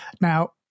Now